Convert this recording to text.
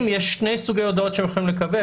יש שני סוגי הודעות שהם יכולים לקבל.